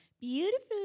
beautiful